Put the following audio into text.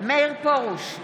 מאיר פרוש,